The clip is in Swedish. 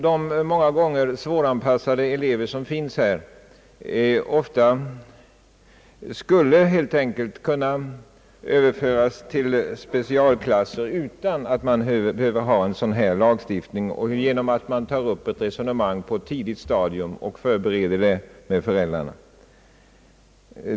De många gånger svåranpassade elever som finns skulle kunna överföras till specialklasser utan att det behövs en sådan här lagstiftning genom att det på ett tidigt stadium tas upp ett resonemang om detta med föräldrarna.